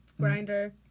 grinder